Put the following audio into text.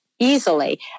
easily